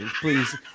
please